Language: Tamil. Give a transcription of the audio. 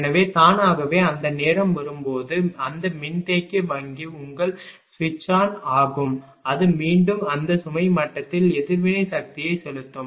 எனவே தானாகவே அந்த நேரம் வரும்போது அந்த மின்தேக்கி வங்கி உங்கள் சுவிட்ச் ஆன் ஆகும் அது மீண்டும் அந்த சுமை மட்டத்தில் எதிர்வினை சக்தியை செலுத்தும்